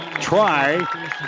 try